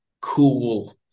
cool